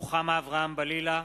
רוחמה אברהם-בלילא,